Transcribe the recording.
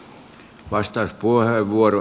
arvoisa puhemies